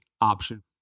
option